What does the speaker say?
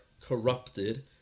corrupted